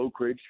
Oakridge